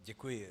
Děkuji.